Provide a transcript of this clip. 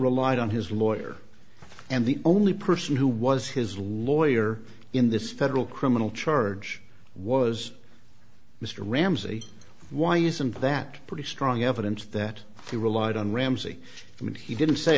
relied on his lawyer and the only person who was his lawyer in this federal criminal charge was mr ramsey why isn't that pretty strong evidence that he relied on ramsey and he didn't say